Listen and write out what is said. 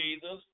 Jesus